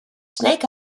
snake